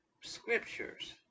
scriptures